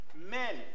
Men